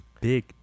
big